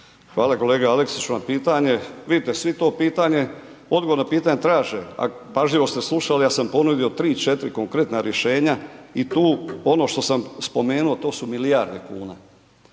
Hvala Aleksiću na pitanju. Vidite svi to pitanje, odgovor na pitanje traže a pažljivo ste slušali, ja sam ponudio 3, 4 konkretna rješenja i tu ono što sam spomenuo, to su milijarde kuna.